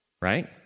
Right